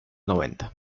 noventa